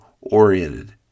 oriented